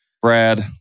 Brad